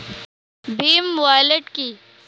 Bhim wallet কি?